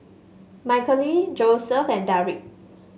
Michaele Joseph and Darrick